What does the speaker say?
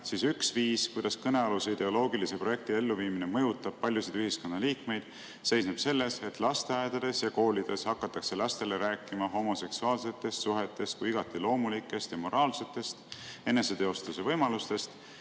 siis üks viis, kuidas kõnealuse ideoloogilise projekti elluviimine mõjutab paljusid ühiskonnaliikmeid, seisneb selles, et lasteaedades ja koolides hakatakse lastele rääkima homoseksuaalsetest suhetest kui igati loomulikest ja moraalsetest eneseteostuse võimalustest